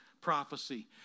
prophecy